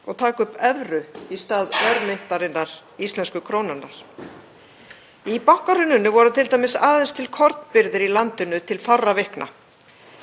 Ef innflutningur hefði stöðvast og viðskipti lamast, svo sem ef greiðslumiðlun hefði ekki virkað, hefði það ógnað fæðuöryggi með beinum hætti.